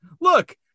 Look